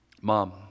mom